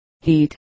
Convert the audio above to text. heat